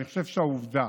אני חושב שהעובדה